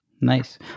Nice